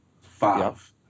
five